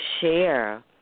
share